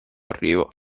arrivo